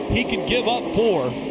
he could give up four